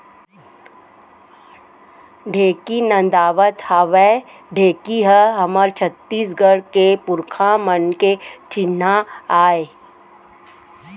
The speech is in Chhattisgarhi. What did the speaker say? ढेंकी नदावत हावय ढेंकी ह हमर छत्तीसगढ़ के पुरखा मन के चिन्हा आय